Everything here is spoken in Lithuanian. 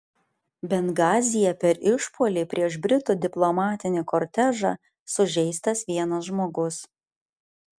bengazyje per išpuolį prieš britų diplomatinį kortežą sužeistas vienas žmogus